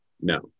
No